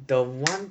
the one